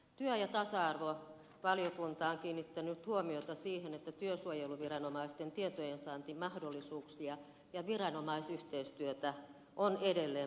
työ ja tasa arvovaliokunta on kiinnittänyt huomiota siihen että työsuojeluviranomaisten tietojensaantimahdollisuuksia ja viranomaisyhteistyötä on edelleen parannettava